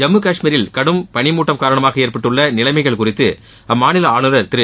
ஜம்மு காஷ்மீரில் கடும் பனி மூட்டம் காரணமாக ஏற்பட்டுள்ள நிலைமைகள் குறித்து அம்மாநில ஆளுநர் திரு